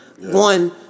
One